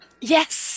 Yes